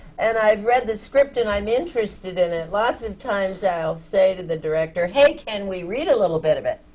and i've read the script and i'm interested in it, lots of times i'll say to the director, hey, can we read a little bit of it?